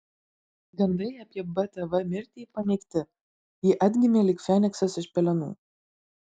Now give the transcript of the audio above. gandai apie btv mirtį paneigti ji atgimė lyg feniksas iš pelenų